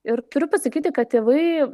ir turiu pasakyti kad tėvai